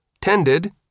tended